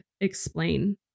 explain